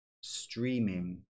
streaming